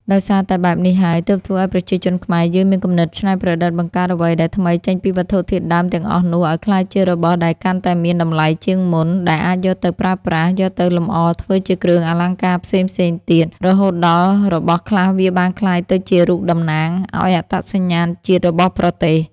ដោយសារតែបែបនេះហើយ ទើបធ្វើឲ្យប្រជាជនខ្មែរយើងមានគំនិតច្នៃប្រឌិតបង្កើតអ្វីដែលថ្មីចេញពីវត្ថុធាតុដើមទាំងអស់នោះឲ្យក្លាយជារបស់ដែលកាន់តែមានតម្លៃជាងមុន ដែលអាចយកទៅប្រើប្រាស់ យកទៅលម្អធ្វើជាគ្រឿងអលង្ការផ្សេងៗទៀត រហូតដល់របស់ខ្លះវាបានក្លាយទៅជារូបតំណាង ឲ្យអត្តសញ្ញាណជាតិរបស់ប្រទេស។